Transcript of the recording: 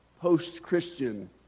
post-christian